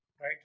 right